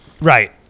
Right